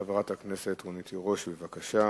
חברת הכנסת רונית תירוש, בבקשה.